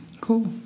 Cool